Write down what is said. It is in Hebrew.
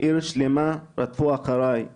ואח יותר קטנים ממני,